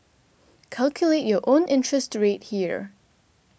calculate your own interest rate here